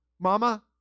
Mama